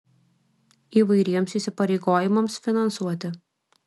įvairiems įsipareigojimams finansuoti